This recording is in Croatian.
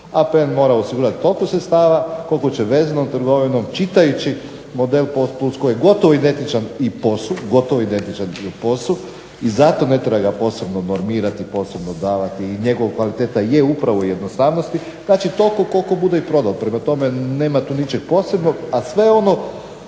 APN mora osigurati toliko sredstava koliko će veznom trgovinom čitajući model POS plus koji je gotovo identičan i POS-u i zato ne treba ga posebno normirati, posebno davati. I njegova kvaliteta je upravo u jednostavnosti. Znači, toliko koliko bude i prodao. Prema tome nema tu ničeg posebnog, a sve ono,